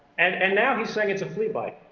and and now he's saying it's a flea bite.